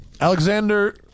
Alexander